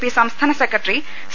P സംസ്ഥാന secretary C